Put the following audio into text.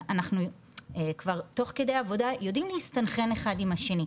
אנחנו כבר תוך כדי עבודה יודעים להסתנכרן אחד עם השני,